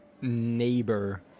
neighbor